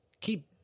Keep